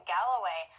Galloway